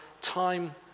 time